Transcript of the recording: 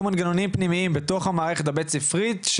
מנגנונים פנימיים בתוך המערכת הבית ספרית,